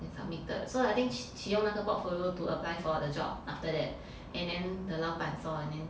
then submitted so I think she she 用那个 portfolio to apply for the job after that and then the 老板 saw and then